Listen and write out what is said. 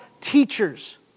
teachers